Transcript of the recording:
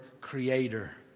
Creator